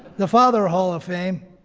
the father hall of fame,